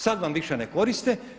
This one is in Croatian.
Sad vam više ne koriste.